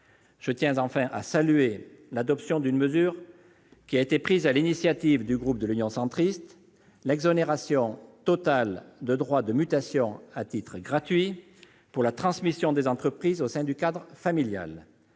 Je tiens enfin à saluer l'adoption d'une mesure prise sur l'initiative du groupe Union centriste : l'exonération totale de droits de mutation à titre gratuit pour la transmission des entreprises au sein du cadre familial.